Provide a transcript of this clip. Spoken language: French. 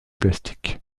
plastique